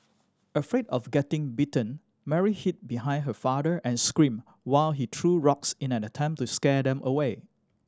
afraid of getting bitten Mary hid behind her father and screamed while he threw rocks in an attempt to scare them away